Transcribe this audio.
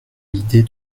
l’idée